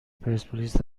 پرسپولیس